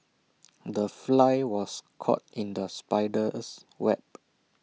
the fly was caught in the spider's web